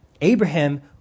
Abraham